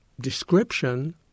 Description